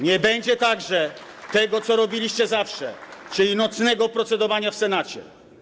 Nie będzie także tego, co robiliście zawsze, czyli nocnego procedowania w Senacie.